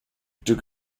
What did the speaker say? duke